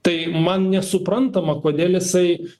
tai man nesuprantama kodėl jisai